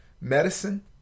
medicine